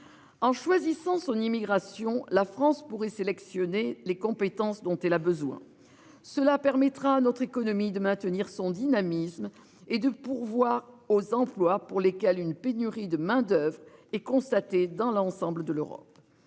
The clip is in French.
En choisissant son immigration. La France pourrait sélectionner les compétences dont elle a besoin. Cela permettra à notre économie de maintenir son dynamisme et de pourvoir aux emplois pour lesquels une pénurie de main-d'oeuvre est constatée dans l'ensemble de l'Europe.